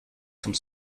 some